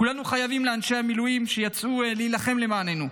כולנו חייבים לאנשי המילואים שיצאו להילחם למעננו.